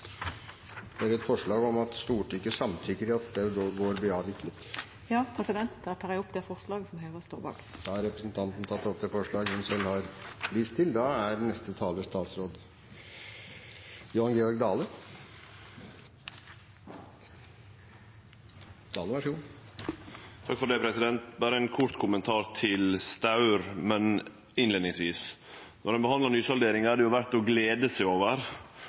Det er forslaget «Stortinget samtykker i at Staur gård AS blir avvikla.» Da tar jeg opp det forslaget, som Høyre og Fremskrittspartiet står bak. Representanten Ingunn Foss har tatt opp det forslaget hun refererte til. Berre ein kort kommentar til Staur gård, men innleiingsvis: Når ein behandlar nysalderinga, er det verdt å glede seg over